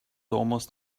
almost